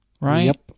Right